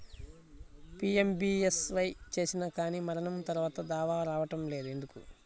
PMBSY చేసినా కానీ మరణం తర్వాత దావా రావటం లేదు ఎందుకు?